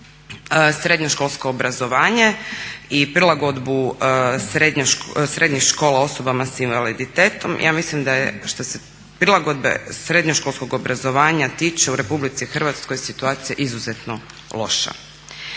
srednjoškolsko obrazovanje i prilagodbu srednjih škola osobama sa invaliditetom, ja mislim da je što se prilagodbe srednjoškolskog obrazovanja tiče u Republici Hrvatskoj situacija izuzetno loša.